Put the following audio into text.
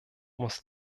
muss